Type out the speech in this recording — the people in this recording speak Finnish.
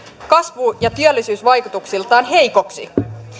kasvu ja työllisyysvaikutuksiltaan heikoksi